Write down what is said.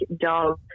dog